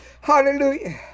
Hallelujah